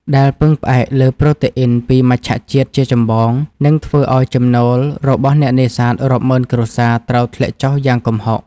ដែលពឹងផ្អែកលើប្រូតេអ៊ីនពីមច្ឆជាតិជាចម្បង និងធ្វើឱ្យចំណូលរបស់អ្នកនេសាទរាប់ម៉ឺនគ្រួសារត្រូវធ្លាក់ចុះយ៉ាងគំហុក។